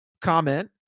Comment